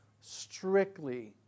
strictly